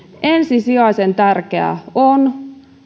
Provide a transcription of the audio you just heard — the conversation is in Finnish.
ensisijaisen tärkeää on